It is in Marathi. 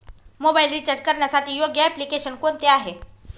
मोबाईल रिचार्ज करण्यासाठी योग्य एप्लिकेशन कोणते आहे?